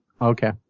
Okay